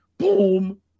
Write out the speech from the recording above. boom